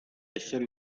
esseri